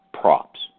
props